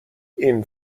این